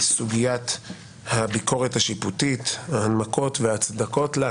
בסוגיית הביקורת השיפוטית, ההנמקות וההצדקות לה.